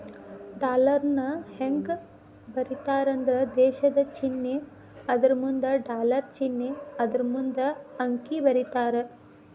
ಡಾಲರ್ನ ಹೆಂಗ ಬರೇತಾರಂದ್ರ ದೇಶದ್ ಚಿನ್ನೆ ಅದರಮುಂದ ಡಾಲರ್ ಚಿನ್ನೆ ಅದರಮುಂದ ಅಂಕಿ ಬರೇತಾರ